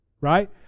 right